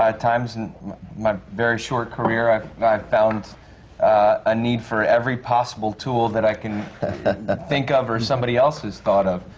times in my very short career, i've i've found a need for every possible tool that i can think of or somebody else has thought of.